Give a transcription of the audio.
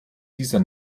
dieser